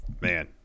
man